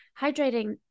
hydrating